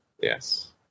Yes